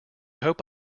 hope